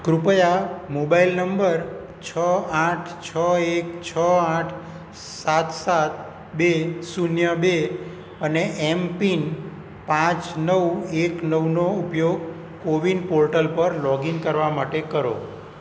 કૃપયા mobile number છ આઠ છ એક છ આઠ સાત સાત બે શૂન્ય બે અને એમ પિન પાંચ નવ એક નવ નો ઉપયોગ કોવિન પોર્ટલ પર લોગઇન કરવા માટે કરો